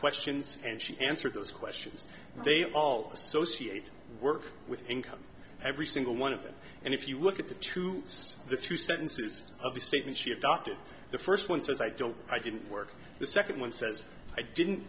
questions and she answered those questions they all associate work with income every single one of them and if you look at the two the two sentences of the statement she adopted the first one says i don't i didn't work the second one says i didn't